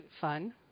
fun